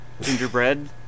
Gingerbread